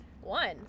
One